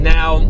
Now